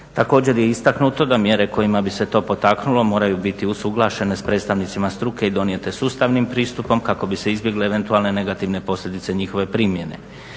također je istaknuto da mjere kojima bi se to potaknulo moraju biti usuglašene s predstavnicima struke i donijete sustavnim pristupom kako bi se izbjegle eventualne negativne posljedice njihove primjene.